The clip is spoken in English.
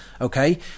okay